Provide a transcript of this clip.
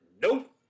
nope